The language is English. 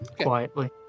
quietly